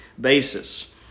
basis